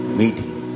meeting